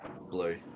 Blue